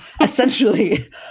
Essentially